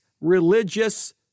religious